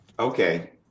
Okay